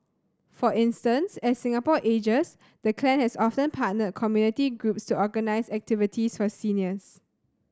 for instance as Singapore ages the clan has often partnered community groups to organise activities for seniors